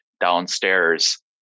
downstairs